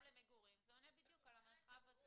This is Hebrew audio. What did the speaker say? זה עונה בדיוק על המרחב הזה.